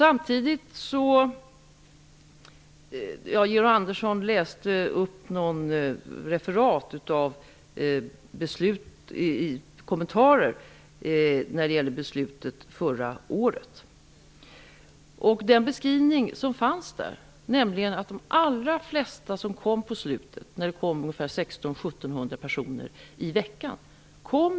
Georg Andersson läste upp ett referat av några kommentarer i anslutning till beslutet förra året. Där fanns en beskrivning som visade att de allra flesta som kom på slutet -- när det kom ungefär Kroatien.